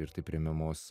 ir taip remiamos